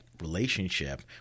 relationship